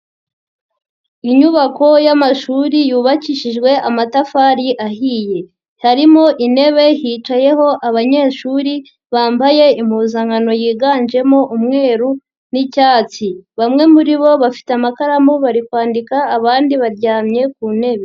Inyubako y'amashuri yubakishijwe amatafari ahiye, harimo intebe hicayeho abanyeshuri bambaye impuzankano yiganjemo umweru n'icyatsi, bamwe muri bo bafite amakaramu bari kwandika abandi baryamye ku ntebe.